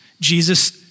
Jesus